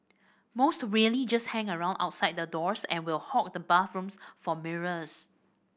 most really just hang around outside the doors and will hog the bathrooms for mirrors